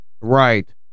right